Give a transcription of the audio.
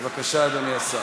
בבקשה, אדוני השר.